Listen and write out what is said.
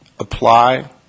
Apply